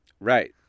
Right